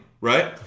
Right